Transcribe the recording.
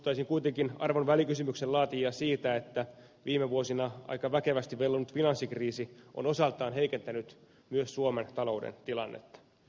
muistuttaisin kuitenkin arvon välikysymyksen laatijoita siitä että viime vuosina aika väkevästi vellonut finanssikriisi on osaltaan heikentänyt myös suomen talouden tilannetta